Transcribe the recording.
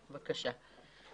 כן.